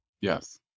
Yes